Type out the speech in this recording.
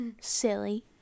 Silly